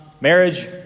marriage